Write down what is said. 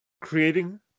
creating